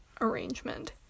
arrangement